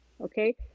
Okay